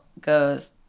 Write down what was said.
goes